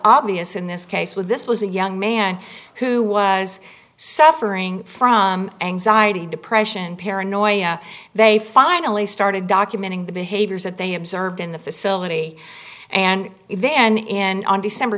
obvious in this case with this was a young man who was suffering from anxiety depression paranoia they finally started documenting the behaviors that they observed in the facility and then in december